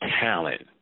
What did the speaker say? talent